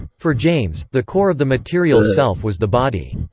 for james, the core of the material self was the body.